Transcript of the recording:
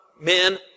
men